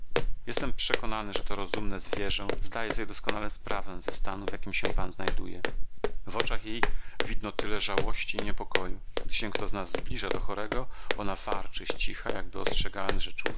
jestem przekonany że to rozumne zwierzę zdaje sobie doskonale sprawę ze stanu w jakim się pan znajduje w oczach jej widno tyle żałości i niepokoju gdy się kto z nas zbliża do chorego ona warczy z cicha jakby ostrzegając że czuwa